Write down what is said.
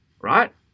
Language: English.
right